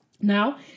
Now